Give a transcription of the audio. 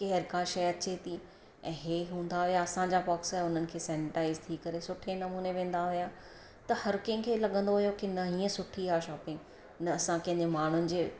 की हर का शइ अचे थी ऐं हे हूंदा हुया असांजा बॉक्स उन्हनि खे सॅनिटाइज़ करे के नमूने वेंदा हुया त हर कंहिं खे लॻंदो हुयो हीअं सुठी आहे शॉपींग न असां कंहिंजे माण्हुनि जे